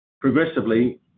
Progressively